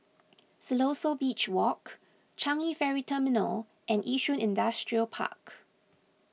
Siloso Beach Walk Changi Ferry Terminal and Yishun Industrial Park